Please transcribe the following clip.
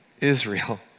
Israel